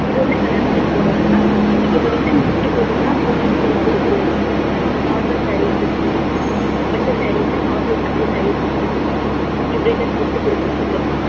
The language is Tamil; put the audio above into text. இது வந்து கல்யாணத்துக்கு போடுறாங்க மேம் நீங்கள் இப்போ ரிட்டர்ன் கிஃப்ட் கொடுக்கணுனா பூனம் சில்க் இருக்குது நார்மல் ஸேரீஸ் இருக்குது பட்டு ஸேரீஸ்ஸு நார்மல் பட்டு ஸேரீஸ்ஸு இருக்குது டிவேடட் கிஃப்ட் கொடுக்குறத்துக்கு